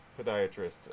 podiatrist